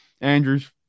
Andrews